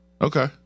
Okay